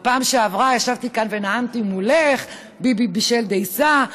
בפעם שעברה ישבתי כאן ונאמתי מולך: ביבי בישל דייסה.